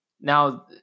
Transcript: Now